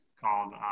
called